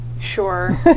Sure